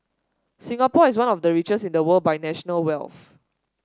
Singapore is one of the richest in the world by national wealth